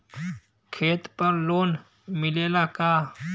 खेत पर लोन मिलेला का?